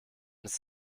ist